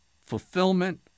fulfillment